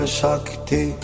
Shakti